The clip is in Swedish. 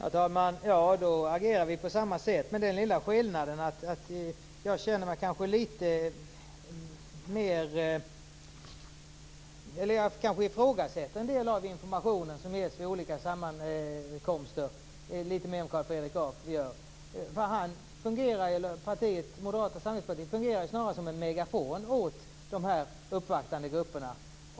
Herr talman! Ja, då agerar vi på samma sätt, med den lilla skillnaden att jag kanske ifrågasätter en del av den information som ges vid olika sammankomster litet mer än vad Carl Fredrik Graf gör. Moderata samlingspartiet fungerar snarare som en megafon åt de uppvaktande grupperna.